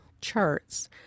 charts